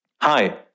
Hi